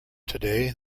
today